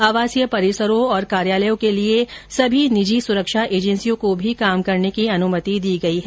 आवासीय परिसरों और कार्यालयों के लिए सभी निजी सुरक्षा एजेंसियों को भी काम करने की अनुमति दी गई है